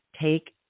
Take